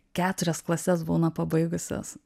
keturias klases būna pabaigusios